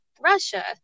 Russia